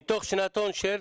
מתוך שנתון של?